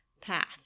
path